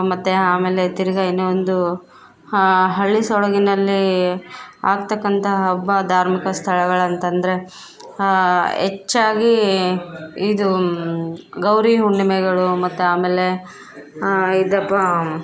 ಮತ್ತೆ ಆಮೇಲೆ ತಿರ್ಗ ಇನ್ನು ಒಂದು ಹಳ್ಳಿ ಸೊಗಡಿನಲ್ಲಿ ಆಗತಕ್ಕಂಥ ಹಬ್ಬ ಧಾರ್ಮಿಕ ಸ್ಥಳಗಳಂತಂದರೆ ಹೆಚ್ಚಾಗಿ ಇದು ಗೌರಿ ಹುಣ್ಣಿಮೆಗಳು ಮತ್ತು ಆಮೇಲೆ ಇದಪ್ಪ